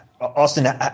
Austin